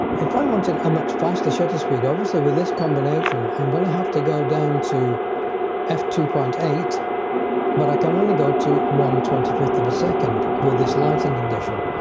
if i wanted a much faster shutter speed obviously with this combination i'm gonna have to go down to f two point eight but i can only go to one twenty fifth of a second with this lighting condition.